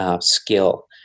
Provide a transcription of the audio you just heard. skill